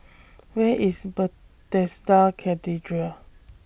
Where IS Bethesda Cathedral